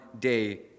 day